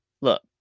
Look